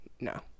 No